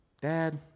Dad